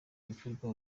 ikorwa